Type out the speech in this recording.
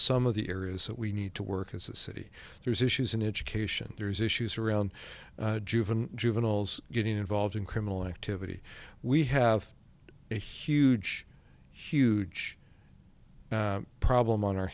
some of the areas that we need to work as a city there's issues in education there's issues around juvenile juveniles getting involved in criminal activity we have huge a huge problem on our